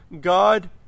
God